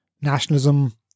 nationalism